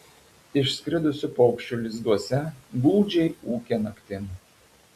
išskridusių paukščių lizduose gūdžiai ūkia naktim